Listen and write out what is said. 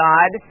God